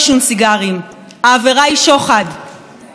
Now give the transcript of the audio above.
העבירה היא שוחד, לא פחות מזה.